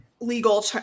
legal